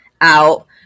out